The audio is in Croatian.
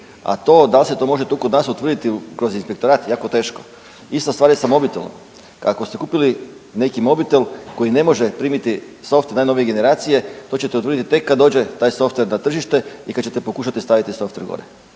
A to da li se to može tu kod nas utvrditi kroz inspektorat, jako teško. Ista stvar je sa mobitelom. Ako ste kupili neki mobitel koji ne može primiti softver najnovije generacije to ćete utvrditi tek kad dođe taj softver na tržište i kad ćete pokušati staviti softver gore.